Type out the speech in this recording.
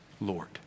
Lord